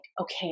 okay